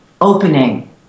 opening